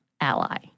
ally